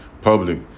public